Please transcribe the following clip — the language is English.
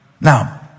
Now